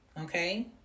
Okay